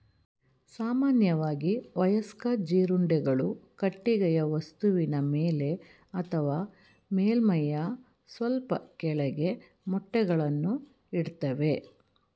ಸಾಮಾನ್ಯವಾಗಿ ವಯಸ್ಕ ಜೀರುಂಡೆಗಳು ಕಟ್ಟಿಗೆಯ ವಸ್ತುವಿನ ಮೇಲೆ ಅಥವಾ ಮೇಲ್ಮೈಯ ಸ್ವಲ್ಪ ಕೆಳಗೆ ಮೊಟ್ಟೆಗಳನ್ನು ಇಡ್ತವೆ